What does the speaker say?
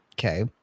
Okay